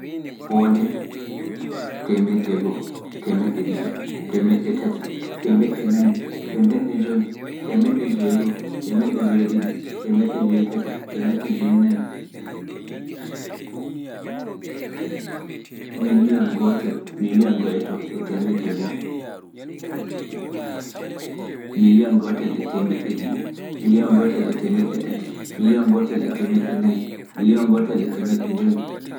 Hownde, teemedde go'o teemeɗɗe ɗiɗi, teemeɗɗe tati, teemeɗɗe nayi, teemeɗɗe jowi, teemeɗɗe joweego'o, teemeɗɗe joweeɗiɗi, teemeɗɗe joweetati, teemeɗɗe joweenayi, miliyon gootel, miliyon go'o e to- miliyon go'o e teemedde go'o, miliyon go'o e teemeɗɗe ɗiɗi, miliyon go'o e teemeɗɗe tati, miliyon go'o e teemeɗɗe nayi, miliyon go'o e teemeɗɗe jowi.